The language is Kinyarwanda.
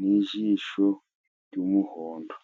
n'ijisho ry'umuhondo.